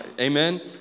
Amen